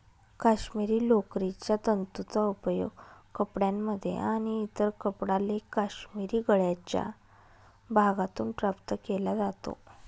काश्मिरी लोकरीच्या तंतूंचा उपयोग कपड्यांमध्ये आणि इतर कपडा लेख काश्मिरी गळ्याच्या भागातून प्राप्त केला जातो